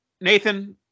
Nathan